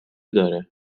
داره